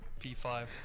p5